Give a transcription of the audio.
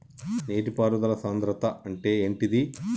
నీటి పారుదల సంద్రతా అంటే ఏంటిది?